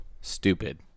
Stupid